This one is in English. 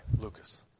Lucas